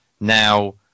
now